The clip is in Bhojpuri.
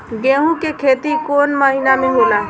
गेहूं के खेती कौन महीना में होला?